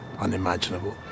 unimaginable